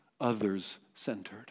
others-centered